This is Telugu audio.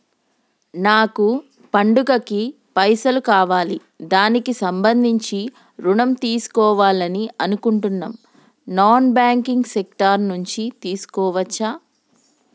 నాకు పండగ కి పైసలు కావాలి దానికి సంబంధించి ఋణం తీసుకోవాలని అనుకుంటున్నం నాన్ బ్యాంకింగ్ సెక్టార్ నుంచి తీసుకోవచ్చా?